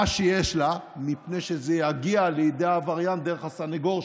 שיש לה מפני שזה יגיע לידי העבריין דרך הסנגור שלו.